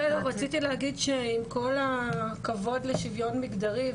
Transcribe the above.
רציתי להגיד שעם כל הכבוד לשוויון מגדרי,